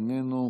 איננו.